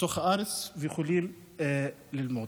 בתוך הארץ, יוכלו ללמוד.